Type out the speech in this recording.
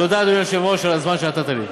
תודה, אדוני היושב-ראש, על הזמן שנתת לי.